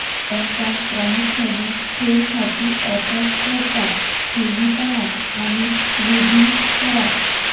बँका प्रामुख्याने ठेव खाती ऑफर करतात ठेवी पहा आणि रिडीम करा